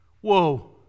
Whoa